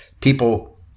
people